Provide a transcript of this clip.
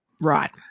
Right